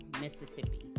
Mississippi